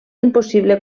impossible